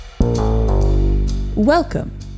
Welcome